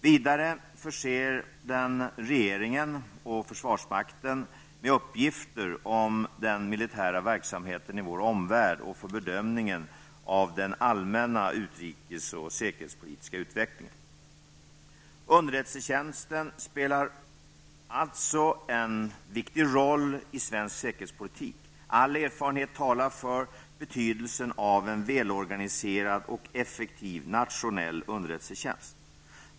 Vidare förser den regeringen och försvarsmakten med uppgifter om den militära verksamheten i vår omvärld och för bedömningen av den allmänna utrikes och säkerhetspolitiska utvecklingen. Underrättelsetjänsten spelar alltså en viktig roll i svensk säkerhetspolitik. All erfarenhet talar för betydelsen av en välorganiserad och effektiv nationell underrättelsetjänst.